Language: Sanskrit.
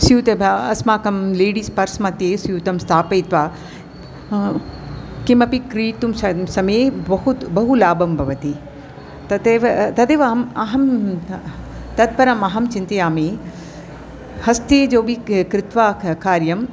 स्यूतः ब अस्माकं लेडीस् पर्स्मध्ये स्यूतं स्थापयित्वा किमपि क्रेतुं स समये बहु बहु लाभं भवति तदेव तदेव आम् अहं ततःपरम् अहं चिन्तयामि हस्ते जोबिक् कृत्वा क कार्यम्